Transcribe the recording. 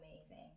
amazing